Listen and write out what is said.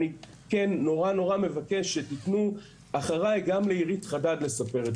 אני מאוד מאוד מבקש שתאפשרו גם לעירית חדד לספר את